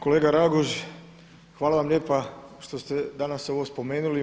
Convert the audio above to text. Kolega Raguž, hvala vam lijepa što ste danas ovo spomenuli.